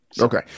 Okay